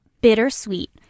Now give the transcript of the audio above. Bittersweet